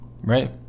Right